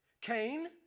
Cain